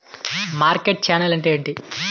Market channel అంటే ఏంటి?